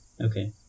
Okay